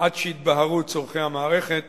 עד שיתבהרו צורכי המערכת